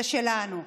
זה שלנו.